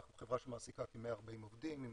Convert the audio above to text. אנחנו חברה שמעסיקה כ-140 עובדים עם